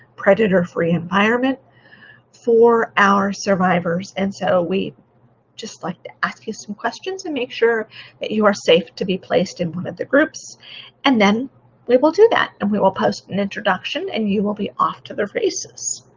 predator-free environment for our survivors and so we just like to ask you some questions to make sure that you are safe to be placed in one of the groups and then we will do that and we will post an introduction and you will be off to their places.